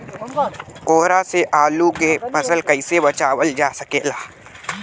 कोहरा से आलू के फसल कईसे बचावल जा सकेला?